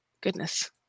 goodness